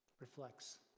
reflects